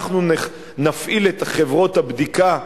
אנחנו נפעיל את חברות הבדיקה,